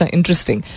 Interesting